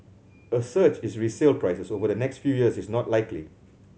a surge in resale prices over the next few years is not likely